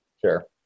Sure